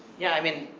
yeah, i mean,